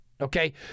Okay